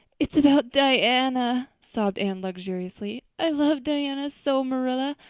it's about diana, sobbed anne luxuriously. i love diana so, marilla.